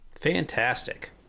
Fantastic